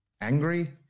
angry